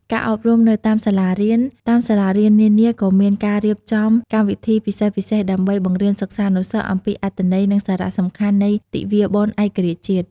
ការអប់រំនៅតាមសាលារៀន តាមសាលារៀននានា ក៏មានការរៀបចំកម្មវិធីពិសេសៗ ដើម្បីបង្រៀនសិស្សានុសិស្សអំពីអត្ថន័យ និងសារៈសំខាន់នៃទិវាបុណ្យឯករាជ្យជាតិ។